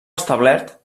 establert